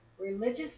Religious